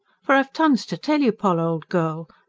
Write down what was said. for i've tons to tell you, poll old girl.